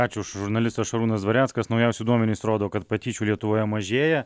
ačiū žurnalistas šarūnas dvareckas naujausi duomenys rodo kad patyčių lietuvoje mažėja